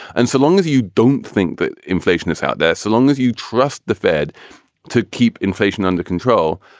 and so long as you don't think that inflation is out there, so long as you trust the fed to keep inflation under control,